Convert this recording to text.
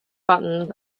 button